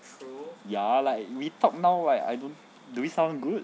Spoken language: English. like meet up now like do we sound good